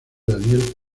daniel